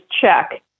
check